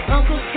Uncle